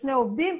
שני עובדים,